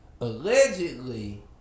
Allegedly